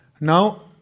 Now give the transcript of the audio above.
Now